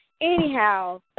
Anyhow